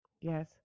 Yes